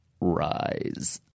Rise